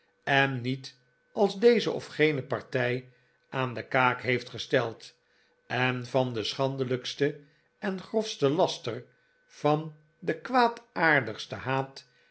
en niet als deze of gene partij aan de kaak heeft gesteld en van den schandelijksten en grofsten laster van den kwaadaardigsten haat